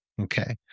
Okay